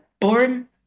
born